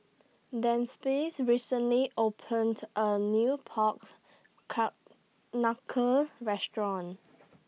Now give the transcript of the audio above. recently opened A New Pork Ka Knuckle Restaurant